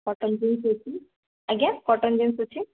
cotton jeans ଅଛି ଆଜ୍ଞା cotton jeans ଅଛି